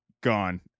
gone